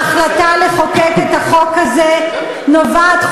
ההחלטה לחוקק את החוק הזה נובעת,